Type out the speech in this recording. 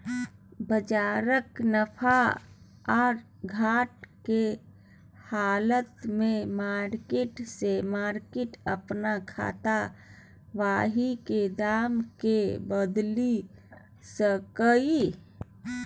बजारक नफा आ घटा के हालत में मार्केट से मार्केट अपन खाता बही के दाम के बदलि सकैए